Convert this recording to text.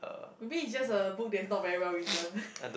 maybe is just a book that's not very well written